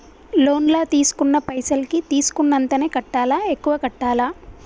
Loan లా తీస్కున్న పైసల్ కి తీస్కున్నంతనే కట్టాలా? ఎక్కువ కట్టాలా?